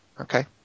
Okay